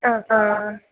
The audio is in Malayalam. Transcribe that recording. ആ ആ ആ